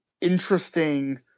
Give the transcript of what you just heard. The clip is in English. interesting